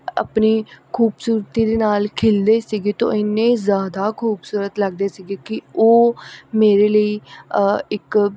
ਆਪਣੀ ਖੂਬਸੂਰਤੀ ਦੇ ਨਾਲ ਖਿਲਦੇ ਸੀਗੇ ਤਾਂ ਇੰਨੇ ਜ਼ਿਆਦਾ ਖੂਬਸੂਰਤ ਲੱਗਦੇ ਸੀਗੇ ਕਿ ਉਹ ਮੇਰੇ ਲਈ ਇੱਕ